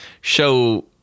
show